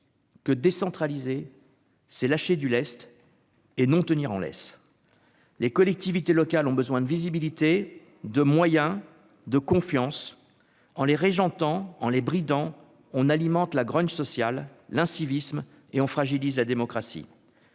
que décentraliser c'est lâcher du lest et non tenir en laisse les collectivités locales ont besoin de visibilité, de moyens de confiance en les régents tant en les bridant on alimente la grogne sociale, l'incivisme et on fragilise la démocratie.